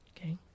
okay